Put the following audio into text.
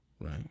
right